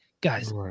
guys